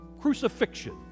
crucifixion